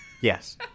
Yes